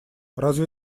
разве